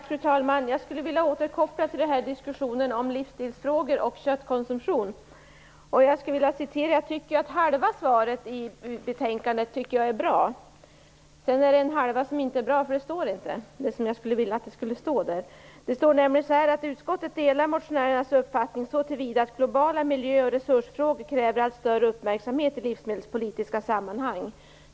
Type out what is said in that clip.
Fru talman! Jag skulle vilja återknyta till diskussionen om livsstilsfrågor och köttkonsumtion. Jag tycker att svaret i betänkandet är bra till hälften. Den halva som inte är bra är den som inte finns där - det som jag skulle vilja att det skulle stå där finns inte med. Det står nämligen så här: "Utskottet delar motionärernas uppfattning så till vida att globala miljöoch resursfrågor kräver allt större uppmärksamhet i livsmedelspolitiska sammanhang."